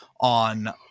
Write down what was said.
on